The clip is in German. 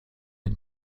den